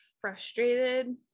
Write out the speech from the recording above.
frustrated